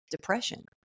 depression